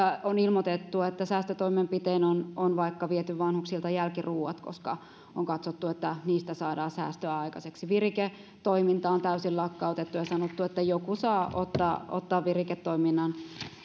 on ilmoitettu että säästötoimenpiteinä on on vaikka viety vanhuksilta jälkiruuat koska on katsottu että niistä saadaan säästöä aikaiseksi viriketoiminta on täysin lakkautettu ja on sanottu että joku saa ottaa ottaa viriketoiminnan